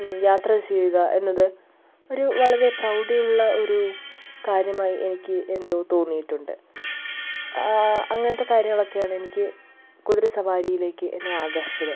യാത്ര ചെയ്യുക എന്നത് ഒരു വളരെ പ്രൗഢിയുള്ള ഒരു കാര്യമായി എനിക്ക് എന്തോ തോന്നിയിട്ടുണ്ട് അങ്ങനത്തെ കാര്യങ്ങളൊക്കെ ആണ് എനിക്ക് കുതിരസവാരിയിലേക്ക് എന്നെ ആകർഷിച്ചത്